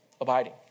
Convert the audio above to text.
abiding